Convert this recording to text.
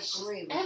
agree